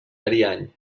ariany